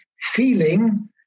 feeling